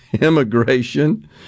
immigration